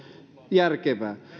järkevää